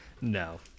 No